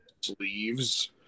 sleeves